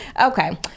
Okay